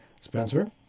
Spencer